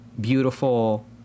beautiful